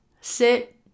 Sit